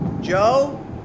Joe